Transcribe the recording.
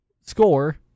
score